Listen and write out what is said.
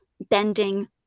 bending